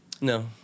No